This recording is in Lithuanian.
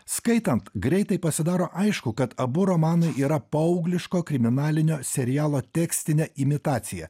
skaitant greitai pasidaro aišku kad abu romanai yra paaugliško kriminalinio serialo tekstinė imitacija